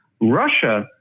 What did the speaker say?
Russia